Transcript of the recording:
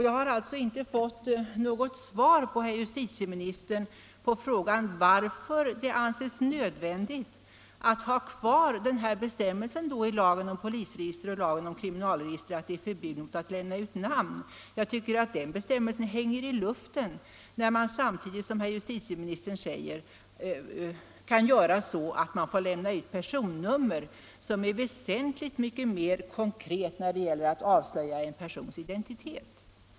Jag har inte fått något svar från justitieministern på frågan varför det anses nödvändigt att ha kvar bestämmelsen i lagen om polisregister och lagen om kriminalregister att det är förbjudet att lämna ut namn. Den bestämmelsen hänger ju i luften, när man samtidigt — som herr justitieministern gör — säger att man kan lämna ut personnummer, som ju är något väsentligt mycket mer konkret när det gäller att avslöja en persons identitet.